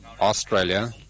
Australia